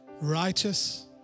righteous